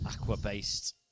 aqua-based